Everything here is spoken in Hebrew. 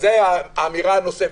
שאנחנו 100% תיירות.